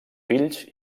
fills